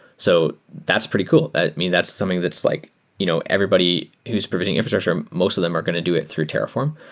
so that's pretty cool. i mean, that's something that's like you know everybody who s providing infrastructure, most of them are going to do it through terraform.